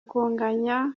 kunganya